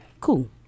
Cool